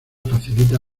facilita